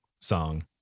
song